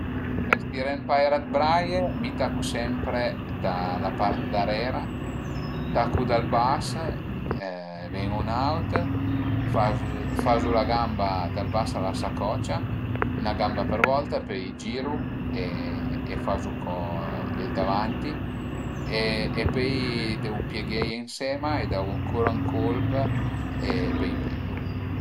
Për stiré ën paira d'braie mi tacu sempre da la part darera, tacu dal bas e ven-u ën aut, fazu la gamba dal bas a la sacocia, 'na gamba për volta, poi i giru e fazu co ël davanti e pöi deu piegheie ënsema e dagu ancura ën culp e pöi i pendu